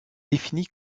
défini